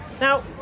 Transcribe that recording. Now